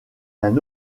d’un